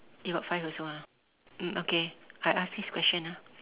you got five also ah mm okay I ask this question ah